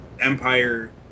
Empire